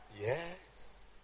Yes